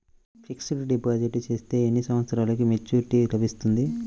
Fixed deposit చేస్తే ఎన్ని సంవత్సరంకు మెచూరిటీ లభిస్తుంది?